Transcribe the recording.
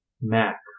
Mac